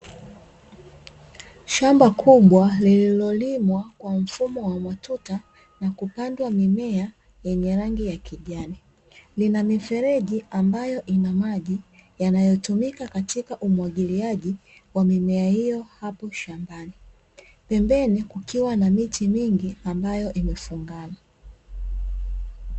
Shamba kubwa lililolimwa kwa mfumo wa matuta na kupandwa mimea yenye rangi ya kijani. Lina mifereji ambayo ina maji yanayotumika katika umwagiliaji wa mimea hiyo hapo shambani pembeni, kukiwa na miti mingi ambayo imefungana.